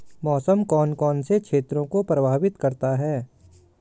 मौसम कौन कौन से क्षेत्रों को प्रभावित करता है?